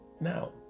Now